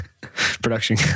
production